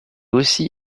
aussi